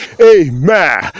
Amen